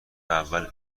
اول